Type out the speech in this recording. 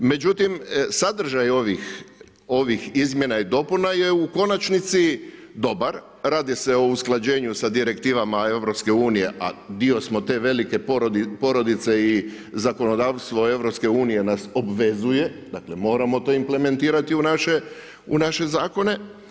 Međutim, sadržaj ovih izmjena i dopuna je u konačnici dobar, radi se o usklađenju sa direktivama EU, a dio smo te velike porodice i zakonodavstvo EU nas obvezuje, dakle moramo to implementirati u naše zakone.